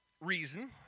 reason